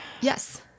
Yes